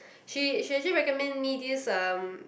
she she just recommend me this um